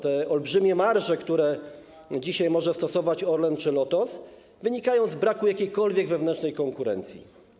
Te olbrzymie marże, które dzisiaj może stosować Orlen czy Lotos, wynikają z braku jakiejkolwiek wewnętrznej konkurencji.